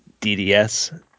dds